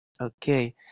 Okay